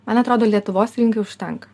man atrodo lietuvos rinkai užtenka